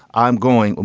i'm going.